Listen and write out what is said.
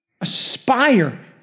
Aspire